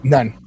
None